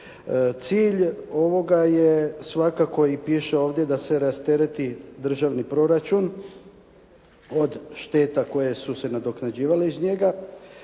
Cilj ovoga je svakako i piše ovdje da se rastereti državni proračun od šteta koje su se nadoknađivale iz njega,